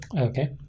Okay